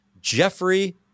Jeffrey